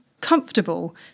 comfortable